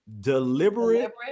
deliberate